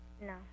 No